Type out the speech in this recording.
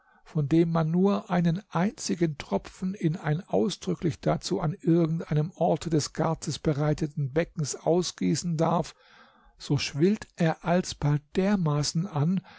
von dem man nur einen einzigen tropfen in ein ausdrücklich dazu an irgend einem orte des gartens bereitetes becken ausgießen darf so schwillt er alsbald dermaßen an